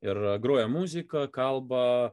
ir groja muzika kalba